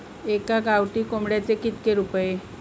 एका गावठी कोंबड्याचे कितके रुपये?